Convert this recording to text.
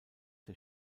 der